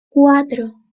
cuatro